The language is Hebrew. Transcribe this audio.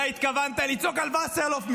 אולי התכוונת לצעוק על וסרלאוף,